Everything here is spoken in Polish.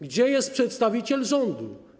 Gdzie jest przedstawiciel rządu?